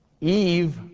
eve